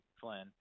Flynn